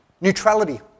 neutrality